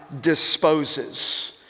disposes